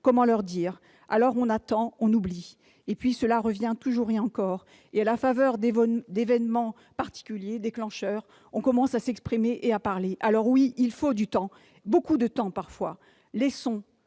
Comment le leur dire ? Alors on attend, on oublie. Et puis cela revient toujours et encore et, à la faveur d'événements particuliers, déclencheurs, on commence à s'exprimer et à parler. Alors oui, il faut du temps, beaucoup de temps parfois.